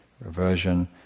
reversion